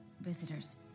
visitors